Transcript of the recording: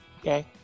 Okay